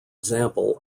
example